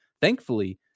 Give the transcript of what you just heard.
thankfully